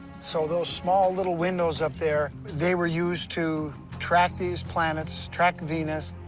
so those small little windows up there, they were used to track these planets, track venus.